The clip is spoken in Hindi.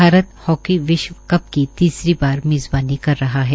भारत हाकी विश्व कप का तीसरी बार मेज़बानी कर रहा है